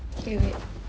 K wait